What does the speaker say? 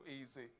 easy